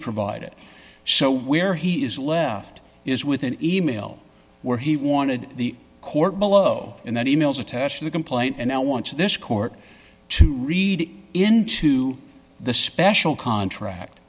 provided so where he is left is with an e mail where he wanted the court below and the e mails attached to the complaint and now wants this court to read into the special contract